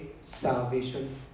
salvation